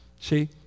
See